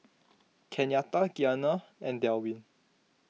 Kenyatta Gianna and Delwin